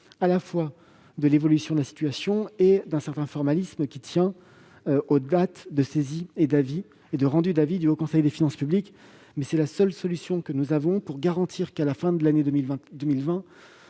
à la fois de l'évolution de la situation et d'un certain formalisme, qui tient aux dates de saisine et de remise des avis du Haut Conseil des finances publiques. Cependant, c'est la seule solution que nous avons trouvée pour garantir que, à la fin de l'année 2020,